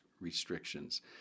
restrictions